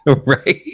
Right